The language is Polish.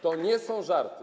To nie są żarty.